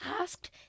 asked